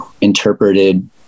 interpreted